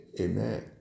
Amen